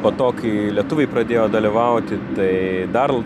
po to kai lietuviai pradėjo dalyvauti tai dar